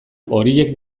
horiek